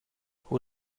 hoe